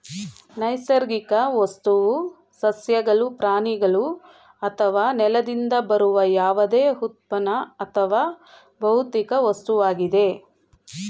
ನೈಸರ್ಗಿಕ ವಸ್ತುವು ಸಸ್ಯಗಳು ಪ್ರಾಣಿಗಳು ಅಥವಾ ನೆಲದಿಂದ ಬರುವ ಯಾವುದೇ ಉತ್ಪನ್ನ ಅಥವಾ ಭೌತಿಕ ವಸ್ತುವಾಗಿದೆ